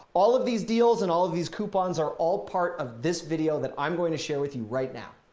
all of these deals and all of these coupons are all part of this video that i'm going to share with you right now.